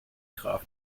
graf